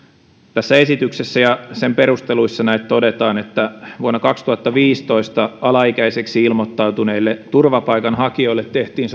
tässä esityksessä ja sen perusteluissa näet todetaan että vuonna kaksituhattaviisitoista alaikäiseksi ilmoittautuneille turvapaikanhakijoille tehtiin